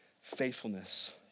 faithfulness